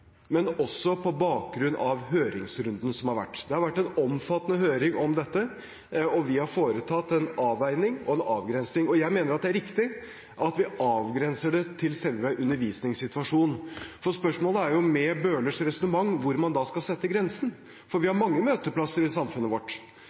men også på bakgrunn av høringsrunden som har vært. Det har vært en omfattende høring om dette, og vi har foretatt en avveining og en avgrensning. Jeg mener det er riktig at vi avgrenser det til selve undervisningssituasjonen. Spørsmålet med Bøhlers resonnement er jo hvor man da skal sette grensen. For vi